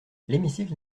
l’hémicycle